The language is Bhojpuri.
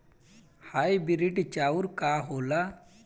हाइब्रिड चाउर का होला?